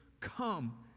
come